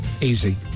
Easy